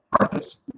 Arthas